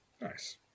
Nice